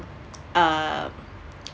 uh